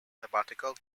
sabbatical